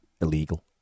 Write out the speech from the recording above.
illegal